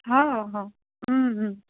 হয় অ' অ'